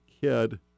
kid